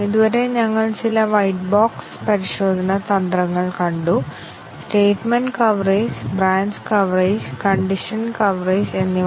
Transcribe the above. ഇതുവരെ ഞങ്ങൾ white box പരിശോധനയും വ്യത്യസ്ത തരം കവറേജ് അടിസ്ഥാനമാക്കിയുള്ള ടെസ്റ്റിങ് രീതികളും നോക്കി